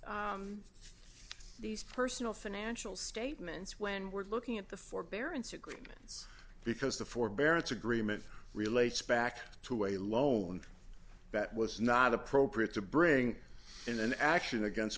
about these personal financial statements when we're looking at the forbearance agreements because the forbearance agreement relates back to a loan that was not appropriate to bring in an action against